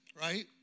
Right